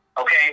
Okay